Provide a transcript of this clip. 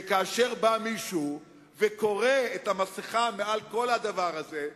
וכאשר מישהו בא וקורע את המסכה מעל כל הדבר הזה,